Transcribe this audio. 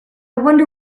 wonder